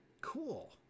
Cool